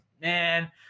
man